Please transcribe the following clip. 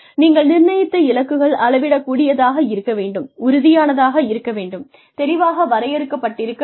நீங்கள் நிர்ணயித்த இலக்குகள் அளவிடக் கூடியதாக இருக்க வேண்டும் உறுதியானதாக இருக்க வேண்டும் தெளிவாக வரையறுக்கப்பட்டிருக்க வேண்டும்